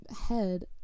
head